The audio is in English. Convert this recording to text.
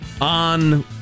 On